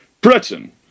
Britain